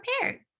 prepared